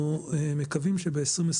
אנחנו מקווים שב-2023,